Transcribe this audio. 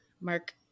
Mark